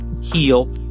heal